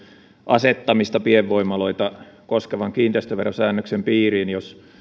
asettamista pienvoimaloita koskevan kiinteistöverosäännöksen piiriin jos